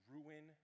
Ruin